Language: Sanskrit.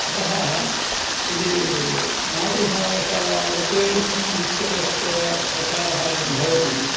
अतः यदि मातृभाषावत् संस्कृतस्य प्रचारः यदि भवति